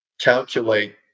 calculate